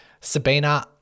Sabina